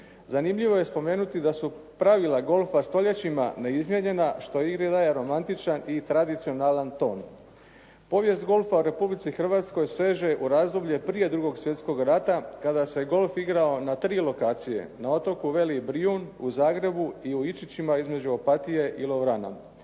Zanimljivo je spomenuti da su pravila golfa stoljećima neizmijenjena što igri daje romantičan i tradicionalan ton. Povijest golfa u Republici Hrvatskoj seže u razdoblje prije 2. svjetskog rata kada se golf igrao na tri lokacije. Na otoku Veli Brijun, u Zagrebu i u Ičićima između Opatije i Lovrana.